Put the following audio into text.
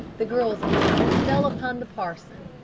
the girl's eyes fell upon the parson.